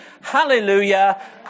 hallelujah